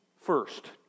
first